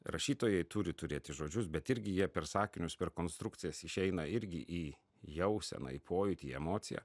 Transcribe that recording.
rašytojai turi turėti žodžius bet irgi jie per sakinius per konstrukcijas išeina irgi į jauseną į pojūtį į emociją